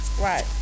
Right